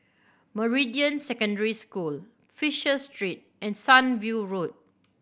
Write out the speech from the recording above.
Meridian Secondary School Fisher Street and Sunview Road